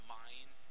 mind